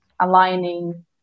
aligning